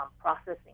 processing